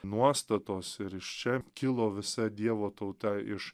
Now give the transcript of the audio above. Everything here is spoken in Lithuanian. nuostatos ir iš čia kilo visa dievo tauta iš